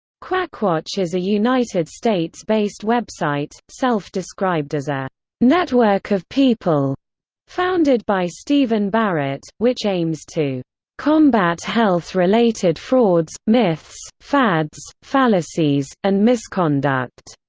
quackwatch is a united states-based website, self-described as a network of people founded by stephen barrett, which aims to combat health-related frauds, myths, fads, fallacies, and misconduct